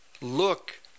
look